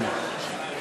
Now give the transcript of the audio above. אדוני.